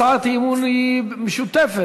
הצעת האי-אמון היא משותפת.